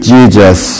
Jesus